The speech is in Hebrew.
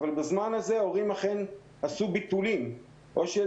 אבל בזמן הזה הורים אכן עשו ביטולים או של